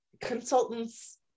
consultants